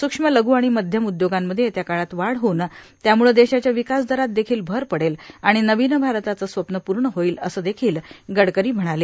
सूक्ष्म लघू आणि मध्यम उद्येगांमध्ये येत्या काळात वाढ होऊन त्यामुळं देशाच्या विकास दरात देखिल भर पडेल आणि नवीन भारताचं स्वप्न पूर्ण होईल असं देखिल गडकरी म्हणाले